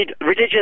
Religious